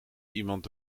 iemand